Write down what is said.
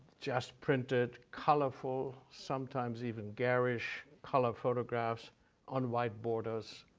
just printed, colorful, sometimes even garish color photographs on white borders,